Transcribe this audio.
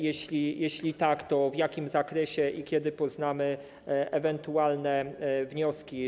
Jeśli tak, to w jakim zakresie i kiedy poznamy ewentualne wnioski?